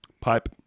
Pipe